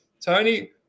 Tony